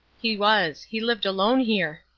he was. he lived alone here.